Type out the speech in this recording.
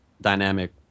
dynamic